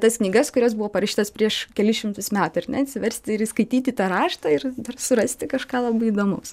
tas knygas kurios buvo parašytos prieš kelis šimtus metų ar ne atsiversti ir įskaityti tą raštą ir dar surasti kažką labai įdomaus